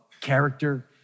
character